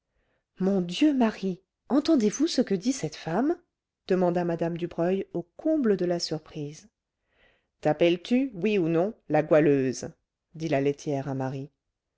mon dieu marie entendez-vous ce que dit cette femme demanda mme dubreuil au comble de la surprise t'appelles-tu oui ou non la goualeuse dit la laitière à marie